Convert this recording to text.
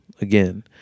again